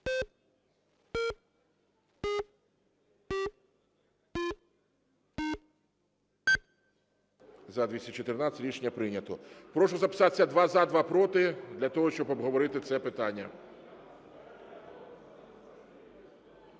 За-214 Рішення прийнято. Прошу записатися: два – за, два – проти, для того, щоб обговорити це питання.